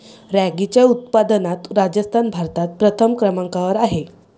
रॅगीच्या उत्पादनात राजस्थान भारतात प्रथम क्रमांकावर आहे